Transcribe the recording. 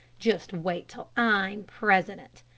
just wait till i'm president.